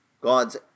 God's